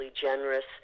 generous